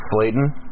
Slayton